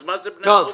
אז מה זה בני ערובה?